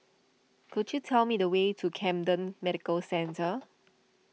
could you tell me the way to Camden Medical Centre